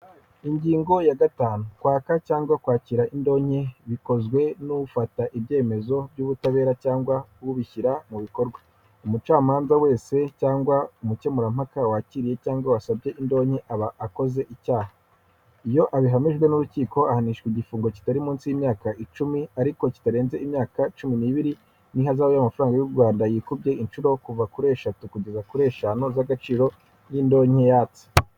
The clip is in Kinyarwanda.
Ingingo ya gatanu kwaka cyangwa kwakira indonke bikozwe n'ufata ibyemezo by'ubutabera cyangwa ubishyira mu bikorwa umucamanza wese cyangwa umukemurampaka wakiriye cyangwa wasabye indonke aba akoze icyaha iyo abihamijwe n'urukiko ahanishwa igifungo kitari munsi y'imyaka icumi ariko kitarenze imyaka cumi n'ibiri n iihazabu y'amafaranga y'u rwanda yikubye inshuro kuva kuri eshatu kugeza kuri eshanu z'agaciro y'indonkeyatse.